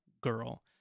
girl